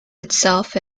itself